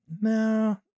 no